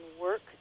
work